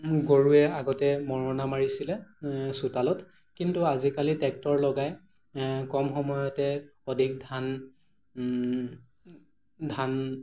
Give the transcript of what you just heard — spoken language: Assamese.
গৰুৱে আগতে মৰণা মাৰিছিলে চোতালত কিন্তু আজিকালি টেক্টৰ লগাই কম সময়তে অধিক ধান ধান